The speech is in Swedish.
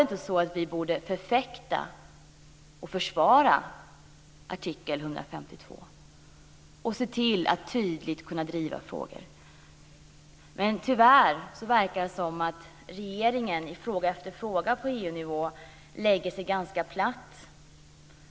Borde vi inte förfäkta och försvara artikel 152 och tydligt driva frågor? Tyvärr verkar det som om regeringen i fråga efter fråga på EU-nivå lägger sig ganska platt.